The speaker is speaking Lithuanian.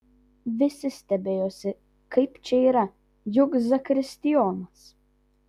visi stebėjosi kaip čia yra juk zakristijonas